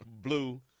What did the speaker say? blue